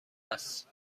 است